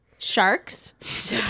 Sharks